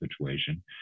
situation